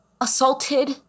assaulted